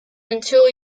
until